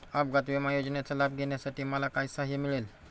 अपघात विमा योजनेचा लाभ घेण्यासाठी मला काय सहाय्य मिळेल?